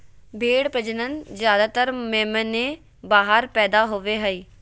भेड़ प्रजनन ज्यादातर मेमने बाहर पैदा होवे हइ